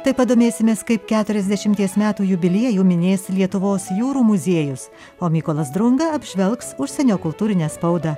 taip pat domėsimės kaip keturiasdešimties metų jubiliejų minės lietuvos jūrų muziejus o mykolas drunga apžvelgs užsienio kultūrinę spaudą